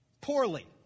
Poorly